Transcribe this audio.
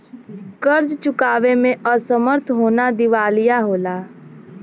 कर्ज़ चुकावे में असमर्थ होना दिवालिया होला